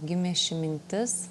gimė ši mintis